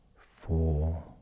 four